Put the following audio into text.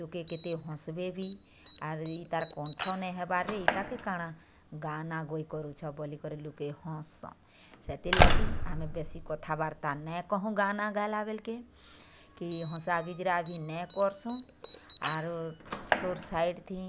ଲୋକେ କେତେ ହସଁବେ ବି ଆରୁ ଇ ତା'ର କଣ୍ଠ ନାଇଁ ହବାର୍ ରେ ଏତାକେ କାଣା ଗାନା ଗୋଇଁ କରୁଛ ବୋଲି ଲୁକେ ହସସଁନ୍ ସେଥିର୍ ଲାଗି ଆମେ ବେଶି କଥାବାର୍ତା ନେ କହୁନ୍ ଗାନା ଗାଇଲା ବେଲ୍ କେ କି ହଁସା ଗିଜ୍ରା ବି ନେ କରସୁଁ ଆରୁ ସୋର୍ ସାର୍ ସାଇଡ଼ଥି